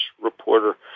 reporter